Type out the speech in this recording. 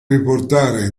riportare